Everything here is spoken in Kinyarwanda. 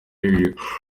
hejuru